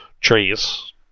trees